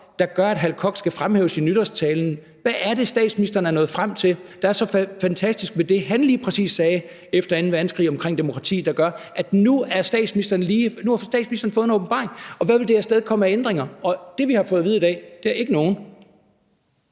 der gør, at Hal Koch skal fremhæves i nytårstalen. Hvad er det, statsministeren er nået frem til, der er så fantastisk ved det, han lige præcis sagde efter anden verdenskrig omkring demokrati, der gør, at nu har statsministeren fået en åbenbaring – og hvad vil det afstedkomme af ændringer? Og det, vi har fået at vide i dag, er: ikke nogen.